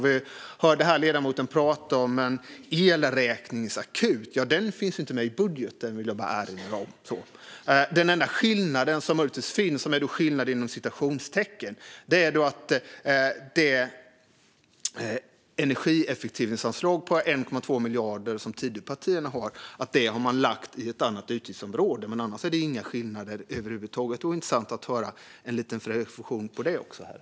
Vi hörde här ledamoten prata om en elräkningsakut. Den finns inte med i budgeten, vill jag bara erinra om. Den enda skillnad som möjligtvis finns, en skillnad inom citationstecken, är att Tidöpartiernas 1,2 miljarder i energieffektiviseringsanslag har ni lagt på ett annat utgiftsområde. Annars är det inga skillnader över huvud taget. Det vore intressant att höra en liten reflektion också på det, herr talman.